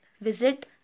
visit